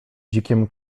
dzikim